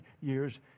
years